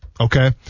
Okay